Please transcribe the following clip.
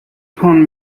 phone